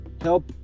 help